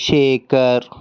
Shekhar